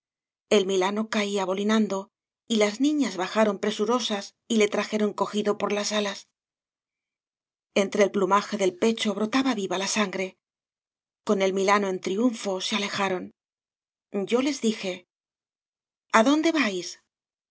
el milano caía volinando y las niñas bajaron presurosas y le trajeron cogido por las alas entre el plumaje del pecho brotaba viva la sangre con el milano en triunfo se aleja ron yo les dije a dónde vais